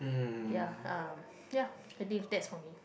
ya uh ya I think that's for me